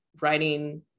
writing